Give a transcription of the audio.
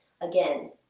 Again